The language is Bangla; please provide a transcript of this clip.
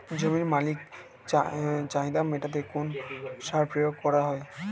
জমির মৌলিক চাহিদা মেটাতে কোন সার প্রয়োগ করা হয়?